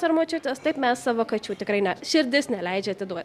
ar močiutės taip mes savo kačių tikrai ne širdis neleidžia atiduoti